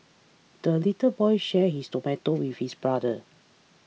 the little boy shared his tomato with his brother